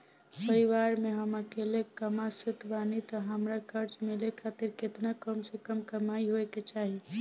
परिवार में हम अकेले कमासुत बानी त हमरा कर्जा मिले खातिर केतना कम से कम कमाई होए के चाही?